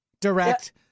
direct